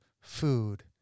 food